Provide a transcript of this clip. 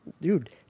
Dude